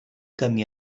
camí